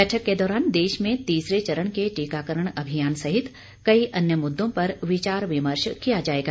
बैठक के दौरान देश में तीसरे चरण के टीकाकरण अभियान सहित कई अन्य मुद्दों पर विचार विमर्श किया जायेगा